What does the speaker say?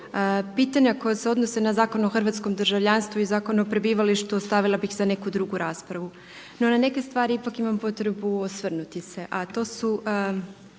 Pitanja koja se odnose na Zakon o hrvatskom državljanstvu i Zakon o prebivalištu ostavila bih za neku drugu raspravu. No na neke stvari ipak imam potrebu osvrnuti se